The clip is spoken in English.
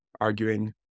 arguing